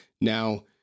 Now